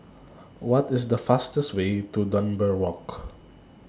What IS The fastest Way to Dunbar Walk